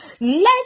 Let